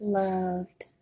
loved